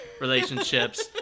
relationships